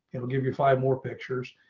it'll give you five more pictures.